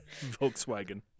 Volkswagen